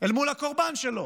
אל מול הקורבן שלהם.